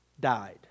died